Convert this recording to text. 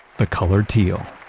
the color teal.